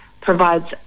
provides